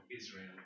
Israel